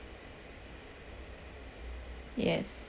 yes